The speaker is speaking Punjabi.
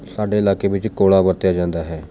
ਸਾਡੇ ਇਲਾਕੇ ਵਿੱਚ ਕੋਲ਼ਾ ਵਰਤਿਆ ਜਾਂਦਾ ਹੈ